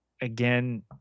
again